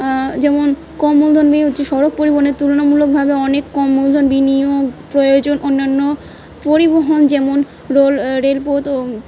যেমন কম মূলধন হচ্ছে সড়ক পরিবহনের তুলনামূলকভাবে অনেক কম মূলধন বিনিয়োগ প্রয়োজন অন্যান্য পরিবহন যেমন রেল রেলপথ ও